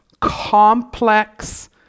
complex